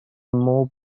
more